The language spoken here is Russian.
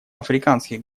африканских